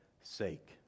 sake